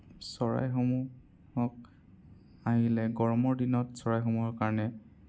চৰাইসমূহক আহিলে গৰমৰ দিনত চৰাইসমূহৰ কাৰণে